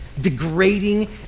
degrading